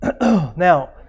Now